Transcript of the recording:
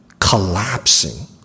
collapsing